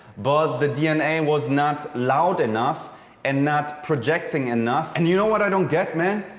but the dna was not loud enough and not projecting enough. and you know what i don't get, man?